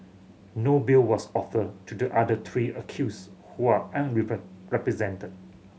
no bail was offered to the other three accused who are represented